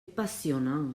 passionnant